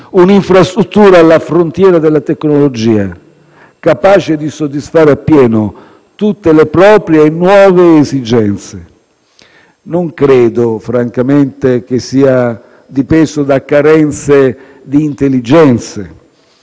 un'infrastruttura alla frontiera della tecnologia, capace di soddisfare a pieno tutte le proprie e nuove esigenze. Non credo francamente che sia dipeso da carenze di intelligenze